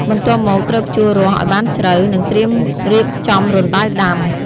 បន្ទាប់មក ត្រូវភ្ជួររាស់ឱ្យបានជ្រៅ និងត្រៀមរៀបចំរណ្តៅដាំ។